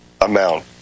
amount